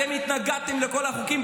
אתם התנגדתם לכל החוקים.